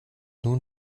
nun